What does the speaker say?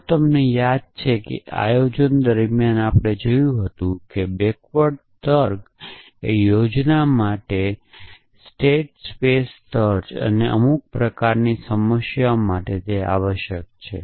જો તમને યાદ છે કે તમે આયોજન દરમિયાન જોયું હોય પાછલા તર્ક યોજના માટે પાછલા સ્ટેટ સ્પેસ સર્ચ અને અમુક પ્રકારની સમસ્યાઓમાં આવશ્યક છે